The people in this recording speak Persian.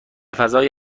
فضای